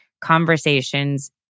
conversations